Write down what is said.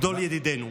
גדול ידידינו.